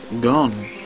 gone